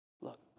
Look